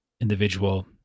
individual